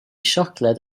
siocled